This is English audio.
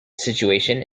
situation